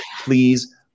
Please